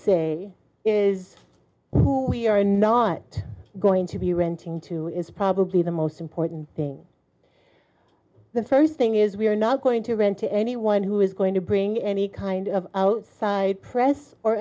say is who we are not going to be renting to is probably the most important thing the first thing is we are not going to rent to anyone who is going to bring any kind of outside press or